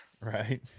Right